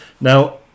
Now